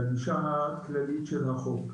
לגישה הכללית של החוק.